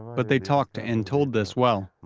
but they talked and told this, well,